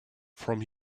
from